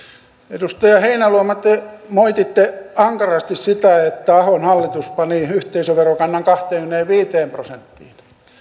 edustaja heinäluoma te moititte ankarasti sitä että ahon hallitus pani yhteisöverokannan kahteenkymmeneenviiteen prosenttiin